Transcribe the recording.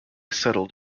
settled